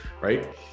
right